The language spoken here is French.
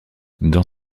dans